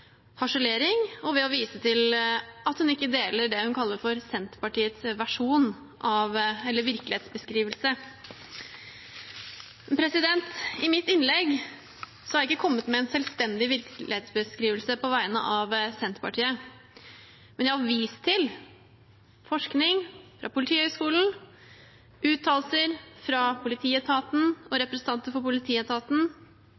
harselering og ved å vise til at hun ikke deler det hun kaller for Senterpartiets virkelighetsbeskrivelse. I mitt innlegg har jeg ikke kommet med en selvstendig virkelighetsbeskrivelse på vegne av Senterpartiet, men jeg har vist til forskning ved Politihøgskolen, uttalelser fra politietaten og